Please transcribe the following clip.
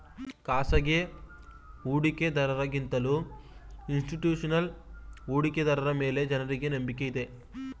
ಖಾಸಗಿ ಹೂಡಿಕೆದಾರರ ಗಿಂತಲೂ ಇನ್ಸ್ತಿಟ್ಯೂಷನಲ್ ಹೂಡಿಕೆದಾರರ ಮೇಲೆ ಜನರಿಗೆ ನಂಬಿಕೆ ಇದೆ